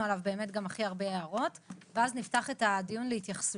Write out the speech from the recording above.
עליו באמת גם הכי הרבה הערות ואז נפתח את הדיון להתייחסויות,